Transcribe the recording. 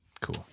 Cool